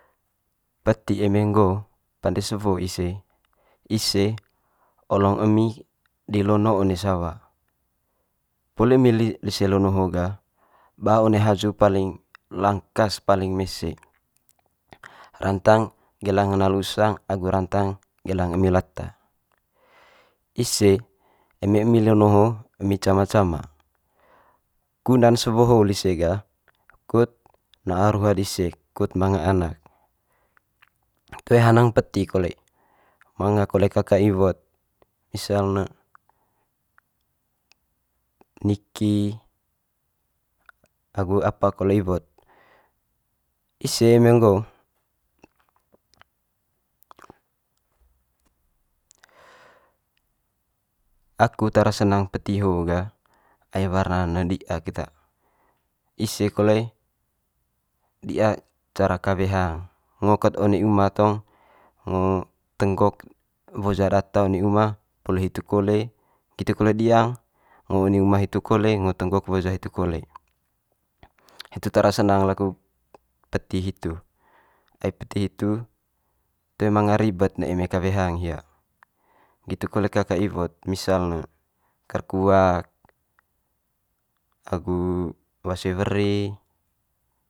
peti eme nggo pande sewo ise, ise olong emi di lono one sawa. Poli emi li- lise lono so'o gah ba one haju paling langkas paling mese rantang gelang hena le usang agu rantang gelang emi lata. Ise eme emi lono ho emi cama cama, guna'n sewo ho lise gah kut na'a ruha dise, kut manga anak. Toe hanang peti kole manga kole kaka iwo'd misal ne niki agu apa kole iwo'd. Ise eme nggo aku tara senang peti ho gah ai warna ne di'a keta ise kole di'a cara kawe hang ngo ked one uma tong, ngo tenggok woja data one uma poli hitu kole, nggitu kole diang ngo one uma hitu kole ngo tenggok woja hitu kole. Hitu tara senang laku pe- peti hitu, ai peti hitu toe manga ribet ne eme kawe hang hia nggitu kole kaka iwo'd misal ne kerkuak, agu wase weri.